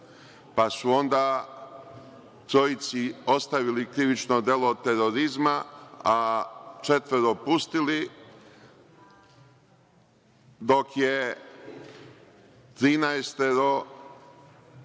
pa su onda trojici ostavili krivično delo terorizma, a četvoro pustili dok je